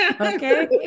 okay